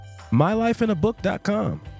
MyLifeinabook.com